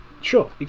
Sure